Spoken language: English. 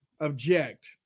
object